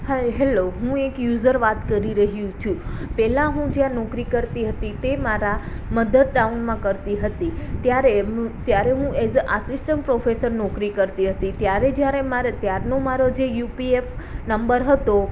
હાય hello હું એક user વાત કરી રહ્યું છું પહેલાં હું જ્યાં નોકરી કરતી હતી તે મારા મધરટાઉનમાં કરતી હતી ત્યારે ત્યારે હું એઝ અ આસિસ્ટન્ટ પ્રોફેસર નોકરી કરતી હતી ત્યારે જ્યારે મારે ત્યારનો મારો જે યુ પી એફ નંબર હતો